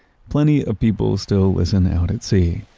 plenty of people still listen out at sea,